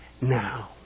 now